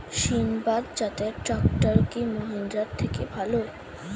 সিণবাদ জাতের ট্রাকটার কি মহিন্দ্রার থেকে ভালো?